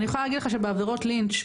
אני יכולה להגיד לך שבעבירות לינץ',